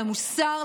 למוסר,